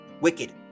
wicked